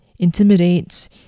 intimidates